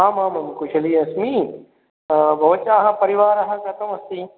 आम् आम् आं कुशली अस्मि भवत्याः परिवारः कथम् अस्ति